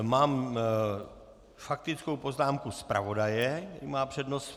Mám faktickou poznámku zpravodaje, který má přednost.